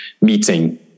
meeting